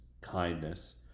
kindness